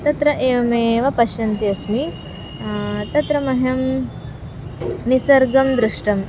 तत्र एवमेव पश्यन्ती अस्मि तत्र मह्यं निसर्गं दृष्टं